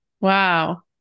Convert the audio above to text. Wow